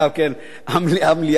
אין כמעט אף אחד מהקואליציה,